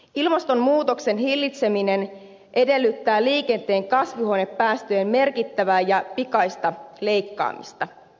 ilmastonmuutoksen hillitseminen edellyttää liikenteen kasvihuonepäästöjen merkittävää ja pikaista leikkaamista